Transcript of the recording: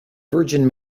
virgin